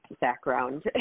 background